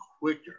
quicker